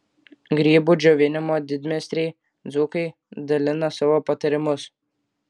grybų džiovinimo didmeistriai dzūkai dalina savo patarimus